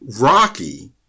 rocky